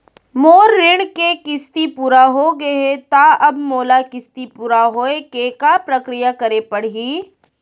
मोर ऋण के किस्ती पूरा होगे हे ता अब मोला किस्ती पूरा होए के का प्रक्रिया करे पड़ही?